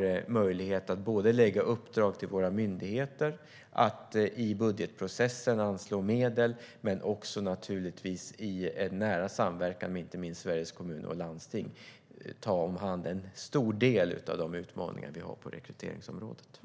vi har möjlighet att ge myndigheter i uppdrag att i budgetprocesserna anslå medel, men också naturligtvis i nära samverkan med inte minst Sveriges kommuner och landsting. Vi kommer att ta itu med en stor del av de utmaningar som vi har på rekryteringsområdet.